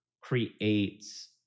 creates